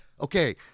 Okay